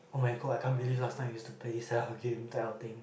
oh-my-god I can't believe last time I used to play sia whole game type of thing